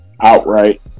outright